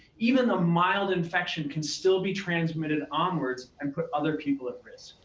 even a mild infection can still be transmitted onwards and put other people at risk.